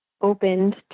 opened